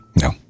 No